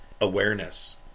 awareness